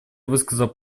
высказал